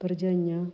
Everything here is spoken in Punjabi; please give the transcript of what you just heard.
ਭਰਜਾਈਆਂ